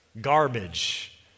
garbage